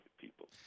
people